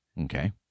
okay